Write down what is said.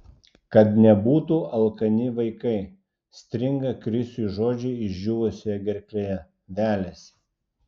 kad nebūtų alkani vaikai stringa krisiui žodžiai išdžiūvusioje gerklėje veliasi